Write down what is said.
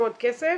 כסף,